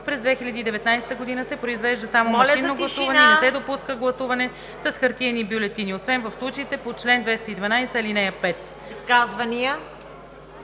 през 2019 г. се произвежда само машинно гласуване и не се допуска гласуване с хартиени бюлетини, освен в случаите по чл. 212, ал. 5.“